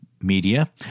media